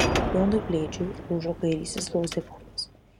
jonui blėdžiui lūžo kairysis blauzdikaulis